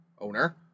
owner